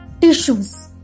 Tissues